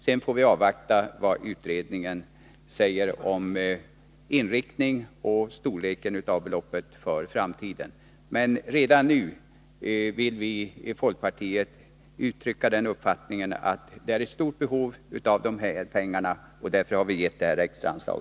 Sedan får vi avvakta vad utredningen säger om inriktningen och storleken av beloppet för framtiden. Vi vill ifrån folkpartiet dock uttrycka den uppfattningen att det redan nu är ett stort behov av dessa pengar, och det är därför som vi har förespråkat detta extra anslag.